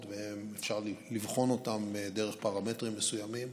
ואפשר לבחון אותם דרך פרמטרים מסוימים,